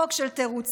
חוק של תירוצים.